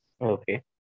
Okay